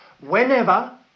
whenever